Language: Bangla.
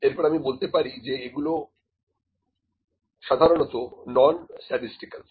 এরপর আমি বলতে পারি যে এগুলো কোয়ালিটেটিভ সাধারণতঃ নন স্ট্যাটিসটিক্যাল